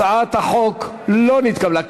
הצעת החוק לא נתקבלה.